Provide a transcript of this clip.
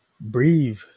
breathe